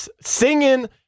singing